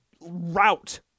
route